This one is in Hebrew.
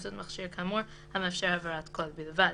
באמצעות מכשיר כאמור המאפשר העברת קול בלבד,